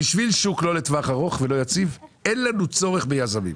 בשביל שוק לא לטווח ארוך ולא יציב אין לנו צורך ביזמים.